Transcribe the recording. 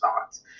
thoughts